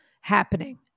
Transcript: happening